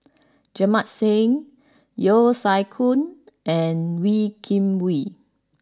Jamit Singh Yeo Siak Goon and Wee Kim Wee